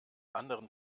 anderen